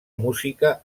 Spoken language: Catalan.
música